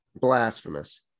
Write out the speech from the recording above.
blasphemous